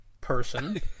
person